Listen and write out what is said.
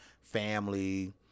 family